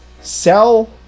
sell